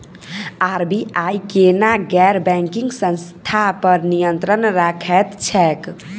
RBI केना गैर banking संस्था पर नियत्रंण राखैत छैक?